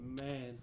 man